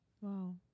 Wow